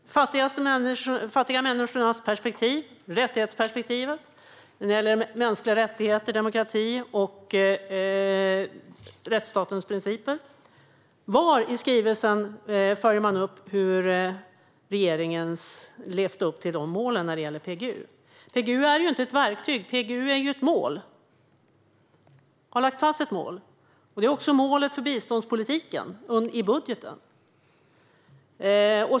De ska vara de fattiga människornas perspektiv, rättighetsperspektivet, mänskliga rättigheter, demokrati och rättsstatens principer. Var i skrivelsen följer man upp hur regeringen levt upp till målen i PGU? PGU är inte ett verktyg, utan PGU har lagt fast ett mål. Det är också målet för biståndspolitiken i budgeten.